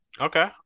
Okay